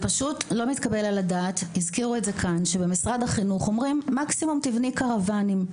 פשוט לא מתקבל על הדעת שאומר לי משרד החינוך: מקסימום תבני קרוואנים.